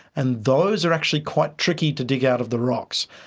and those are actually quite tricky to dig out of the rocks.